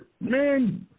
man